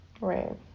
Right